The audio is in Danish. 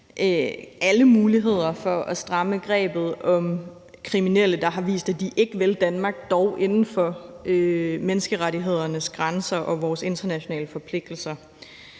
alle muligheder for at stramme grebet om kriminelle, der har vist, at de ikke vil Danmark, dog inden for menneskerettighedernes grænser og vores internationale forpligtelser.